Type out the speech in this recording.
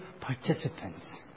participants